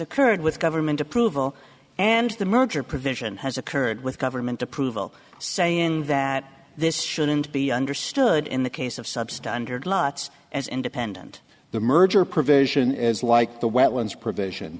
occurred with government approval and the merger provision has occurred with government approval saying that this shouldn't be understood in the case of substandard lots as independent the merger provision is like the wetlands provision